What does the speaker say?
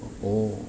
oh